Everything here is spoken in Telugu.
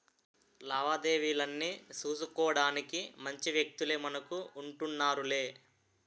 లావాదేవీలన్నీ సూసుకోడానికి మంచి వ్యక్తులే మనకు ఉంటన్నారులే